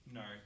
no